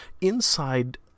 inside